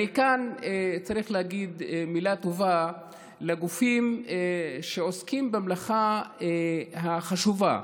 כאן צריך להגיד מילה טובה לגופים שעוסקים במלאכה החשובה,